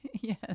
Yes